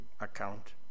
account